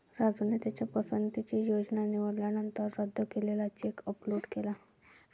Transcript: राजूने त्याच्या पसंतीची योजना निवडल्यानंतर रद्द केलेला चेक अपलोड केला